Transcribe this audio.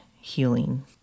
healing